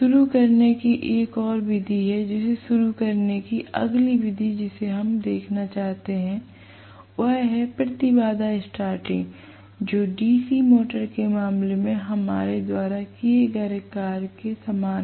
शुरू करने की एक और विधि है जिसे शुरू करने की अगली विधि जिसे हम देखना चाहते हैं वह है प्रतिबाधा स्टार्टिंग जो DC मोटर के मामले में हमारे द्वारा किए गए कार्य के समान है